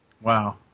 Wow